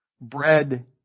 Bread